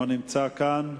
לא נמצא כאן.